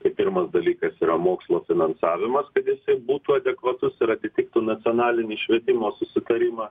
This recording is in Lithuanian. tai pirmas dalykas yra mokslo finansavimas kad jisai būtų adekvatus ir atitiktų nacionalinį švietimo susitarimą